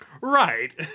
Right